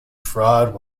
fraud